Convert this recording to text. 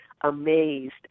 amazed